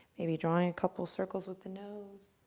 maybe join a couple circles with the nose